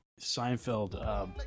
Seinfeld